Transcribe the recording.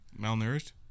malnourished